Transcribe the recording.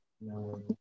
No